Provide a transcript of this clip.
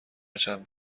چند